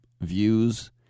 views